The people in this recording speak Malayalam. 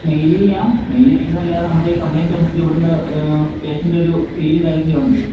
മെയില് ചെയ്യാം മെയില് ചെയ്യുന്ന അല്ലാതെ നമ്മുടെ ഈ കംപ്ലയിൻറ്റ് നമുക്ക് ഇവിടന്ന് സ്റ്റേഷനിലൊരു സീലും കാര്യങ്ങളൊക്കെ ഉ